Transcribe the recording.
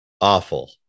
awful